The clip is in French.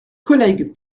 collègue